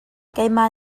keimah